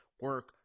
Work